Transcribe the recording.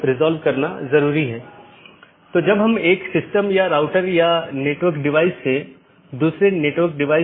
यहाँ दो प्रकार के पड़ोसी हो सकते हैं एक ऑटॉनमस सिस्टमों के भीतर के पड़ोसी और दूसरा ऑटॉनमस सिस्टमों के पड़ोसी